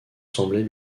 semblait